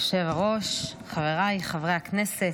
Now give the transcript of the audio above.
היושב-ראש, חבריי חברי הכנסת,